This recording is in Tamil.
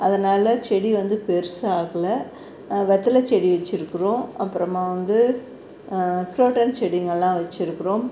அதனால செடி வந்து பெருசாகுல வெத்தலை செடி வச்சுருக்குறோம் அப்பறமாக வந்து குரோட்டன் செடிங்கலாம் வச்சுருக்குறோம்